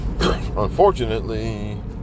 unfortunately